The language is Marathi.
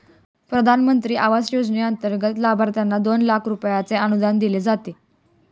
प्रधानमंत्री आवास योजनेंतर्गत लाभार्थ्यांना दोन लाख रुपयांचे अनुदान दिले जाते